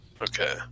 okay